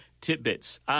tidbits